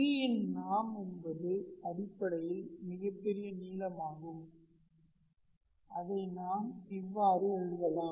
P இன் norm என்பது அடிப்படையில் மிகப் பெரிய நீளமாகும் அதை நாம் இவ்வாறு எழுதலாம்